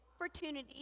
opportunities